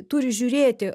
turi žiūrėti